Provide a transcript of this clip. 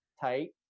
tight